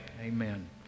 Amen